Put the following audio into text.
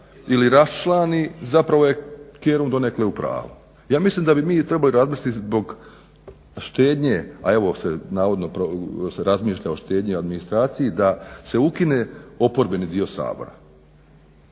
ili raščlani zapravo je Kerum donekle u pravu. Ja mislim da mi trebali razmisliti zbog štednje, a evo se navodno razmišlja o štednji, administraciji da se ukine oporbeni dio sabora.